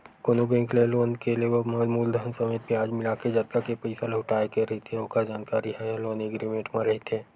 कोनो बेंक ले लोन के लेवब म मूलधन समेत बियाज मिलाके जतका के पइसा लहुटाय के रहिथे ओखर जानकारी ह लोन एग्रीमेंट म रहिथे